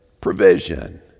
provision